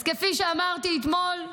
אז כפי שאמרתי אתמול,